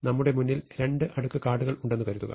നമ്മുടെ മുന്നിൽ രണ്ട് അടുക്ക് കാർഡുകൾ ഉണ്ടെന്ന് കരുതുക